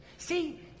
See